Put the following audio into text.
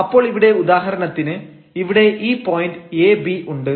അപ്പോൾ ഇവിടെ ഉദാഹരണത്തിന് ഇവിടെ ഈ പോയന്റ് ab ഉണ്ട്